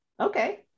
okay